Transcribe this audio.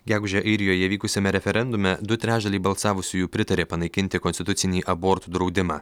gegužę airijoje vykusiame referendume du trečdaliai balsavusiųjų pritarė panaikinti konstitucinį abortų draudimą